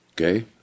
Okay